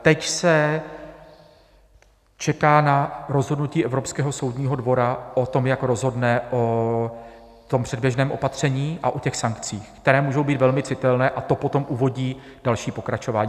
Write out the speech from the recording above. Teď se čeká na rozhodnutí Evropského soudního dvora o tom, jak rozhodne o předběžném opatření a o sankcích, které můžou být velmi citelné, a to potom uvodí další pokračování.